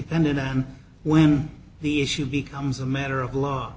defended them when the issue becomes a matter of law